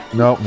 no